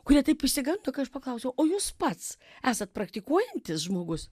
kurie taip išsigando kai aš paklausiau o jūs pats esat praktikuojantis žmogus